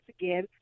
again